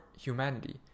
humanity